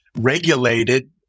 regulated